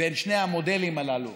בין שני המודלים הללו